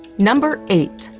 number eight.